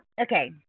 Okay